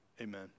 amen